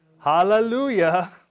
Hallelujah